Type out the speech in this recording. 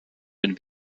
den